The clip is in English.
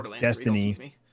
Destiny